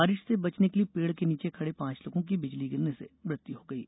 बारिश से बचने के लिए पेड़ के नीचे खड़े पांच लोगों की बिजली गिरने से मृत्यु हो गयी